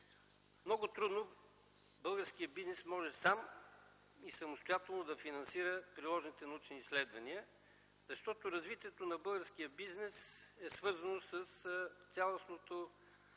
много трудно българският бизнес може сам и самостоятелно да финансира приложните научни изследвания, защото развитието на българския бизнес е свързано с цялостното